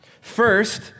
First